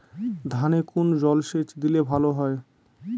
ধানে কোন জলসেচ দিলে ভাল হয়?